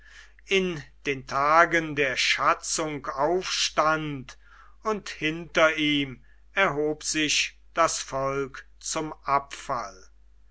in den tagen der schatzung aufstand und hinter ihm erhob sich das volk zum abfall